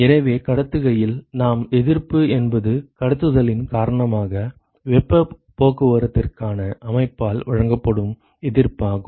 எனவே கடத்துகையில் நாம் எதிர்ப்பு என்பது கடத்துதலின் காரணமாக வெப்பப் போக்குவரத்துக்கான அமைப்பால் வழங்கப்படும் எதிர்ப்பாகும்